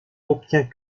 obtient